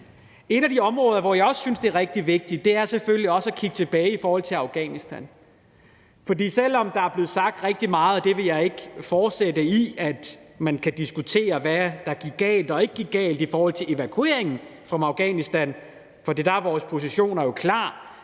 Et af de områder, som jeg også synes er rigtig vigtigt, er selvfølgelig at kigge tilbage på Afghanistan. Der er blevet sagt rigtig meget om det, men jeg vil ikke fortsætte med det, selv om man kan diskutere, hvad der gik galt og ikke gik galt i forhold til evakueringen fra Afghanistan, for der er vores position jo klar.